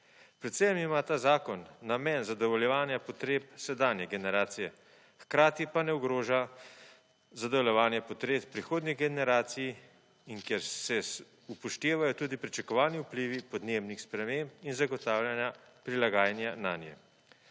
Predvsem ima ta zakon namen zadovoljevanja potreb sedanje generacije, hkrati pa ne ogroža zadovoljevanje potreb prihodnjih generacij in kjer se upoštevajo tudi pričakovani vplivi podnebnih sprememb in zagotavljanja prilagajanja nanje.